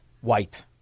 white